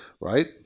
right